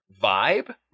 vibe